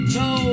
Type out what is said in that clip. no